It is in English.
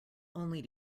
only